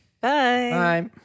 Bye